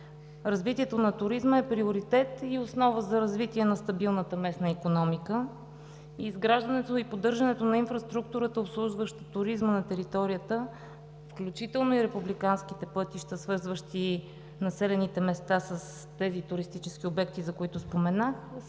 Развитието на туризма е приоритет и основа за развитие на стабилната местна икономика. Изграждането и поддържането на инфраструктурата, обслужваща туризма на територията, включително и републикански пътища свързващи населените места с тези туристически обекти, за които споменах,